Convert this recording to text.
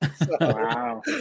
Wow